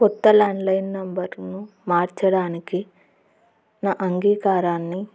కొత్త ల్యాండ్లైన్ నెంబర్ను మార్చడానికి నా అంగీకారాన్ని